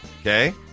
Okay